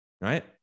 right